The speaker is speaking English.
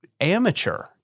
amateur